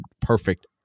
perfect